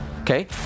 okay